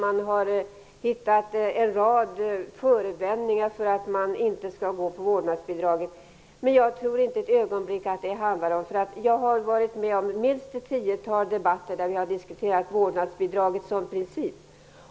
Man har hittat en rad förevändningar för att inte rösta på vårdnadsbidraget. Jag har varit med om minst ett tiotal debatter där vi har diskuterat vårdnadsbidraget som princip.